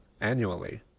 annually